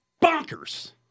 bonkers